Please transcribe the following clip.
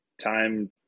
time